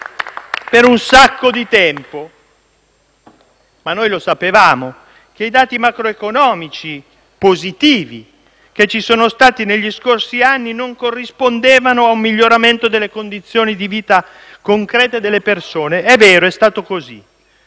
per molto tempo - ma noi lo sapevamo - che i dati macroeconomici positivi che si sono registrati negli scorsi anni non corrispondevano a un miglioramento delle condizioni di vita concrete delle persone. È vero, è stato così,